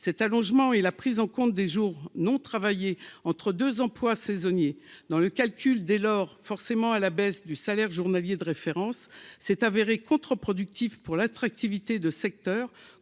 cet allongement et la prise en compte des jours non travaillés entre 2 emplois saisonniers dans le calcul, dès lors, forcément à la baisse du salaire journalier de référence s'est avéré contre-productif pour l'attractivité de secteurs